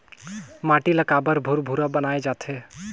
माटी ला काबर भुरभुरा बनाय जाथे?